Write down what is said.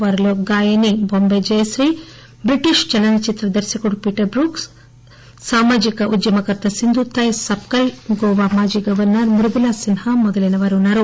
వారిలో గాయని బొంబాయి జయశ్రీ బ్రిటిష్ చలనచిత్ర దర్శకుడు పీటర్ ట్రూక్స్ సామాజిక ఉద్యమకర్త సింధూథాయ్ సప్కాయ్ గోవా మాజీ గవర్సర్ మృదులా సిన్హా మొదలైన వారు ఉన్నారు